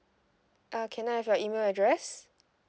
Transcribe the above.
ah can I have your email address